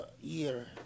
year